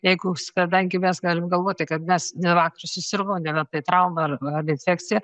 jeigu kadangi mes galim galvoti kad mes ne vakar susirgom nebent tai trauma ar ar infekcija